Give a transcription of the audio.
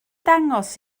dangos